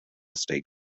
state